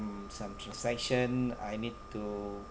some transaction I need to